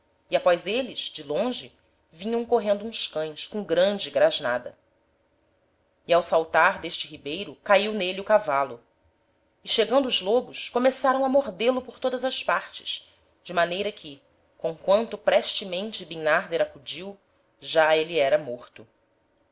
e após êles de longe vinham correndo uns cães com grande grasnada e ao saltar d'este ribeiro caiu n'êle o cavalo e chegando os lobos começaram a mordê lo por todas as partes de maneira que comquanto prestemente bimnarder acudiu já êle era morto